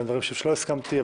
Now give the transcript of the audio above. היו גם דברים שלא הסכמתי להם.